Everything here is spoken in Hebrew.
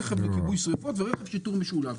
רכב לכיבוי שריפות ורכב שיטור משולב.